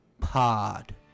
pod